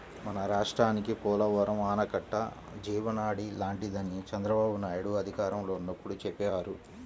మన రాష్ట్రానికి పోలవరం ఆనకట్ట జీవనాడి లాంటిదని చంద్రబాబునాయుడు అధికారంలో ఉన్నప్పుడు చెప్పేవారు